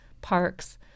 parks